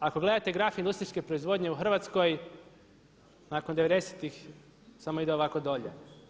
Ako gledate graf industrijske proizvodnje u Hrvatskoj nakon 90.tih samo ide ovako dolje.